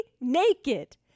naked